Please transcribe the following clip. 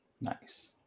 nice